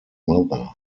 mother